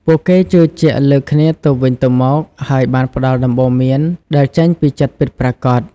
ពួកគេជឿជាក់លើគ្នាទៅវិញទៅមក ហើយបានផ្តល់ដំបូន្មានដែលចេញពីចិត្តពិតប្រាកដ។